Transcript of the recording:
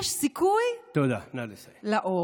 יש סיכוי לאור.